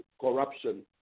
corruption